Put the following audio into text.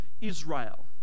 Israel